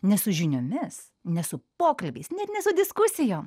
ne su žiniomis ne su pokalbiais net ne su diskusijom